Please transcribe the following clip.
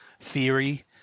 theory